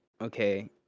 Okay